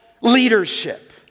leadership